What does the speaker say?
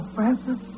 Francis